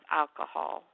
alcohol